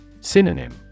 Synonym